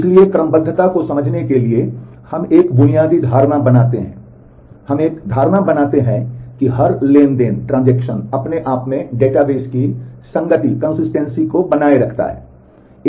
इसलिए क्रमबद्धता को समझने के लिए हम एक बुनियादी धारणा बनाते हैं हम एक धारणा बनाते हैं कि हर लेनदेन अपने आप में डेटाबेस की संगति को बनाए रखता है